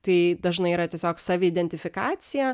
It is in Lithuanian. tai dažnai yra tiesiog saviidentifikacija